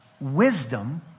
wisdom